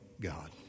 God